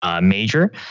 major